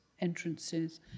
entrances